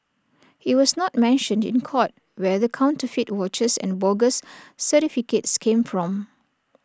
IT was not mentioned in court where the counterfeit watches and bogus certificates came from